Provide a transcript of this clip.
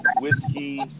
whiskey